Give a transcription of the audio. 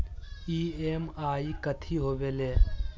EMI कथी होवेले?